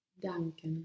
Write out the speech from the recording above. Danke